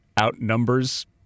outnumbers